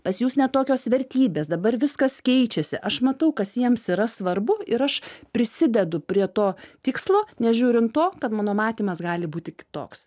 pas jus ne tokios vertybės dabar viskas keičiasi aš matau kas jiems yra svarbu ir aš prisidedu prie to tikslo nežiūrint to kad mano matymas gali būti kitoks